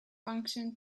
function